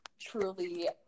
truly